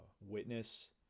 witness